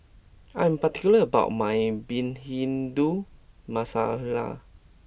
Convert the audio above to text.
I am particular about my Bhindi Masala